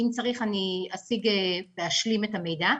אם צריך אני אשיג ואשלים את המידע.